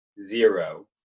zero